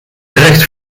gerecht